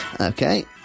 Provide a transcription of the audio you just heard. Okay